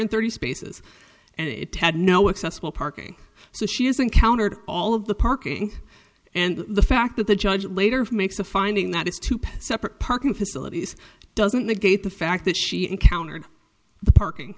thirty spaces and it had no accessible parking so she has encountered all of the parking and the fact that the judge later makes a finding that is to separate parking facilities doesn't negate the fact that she encountered the parking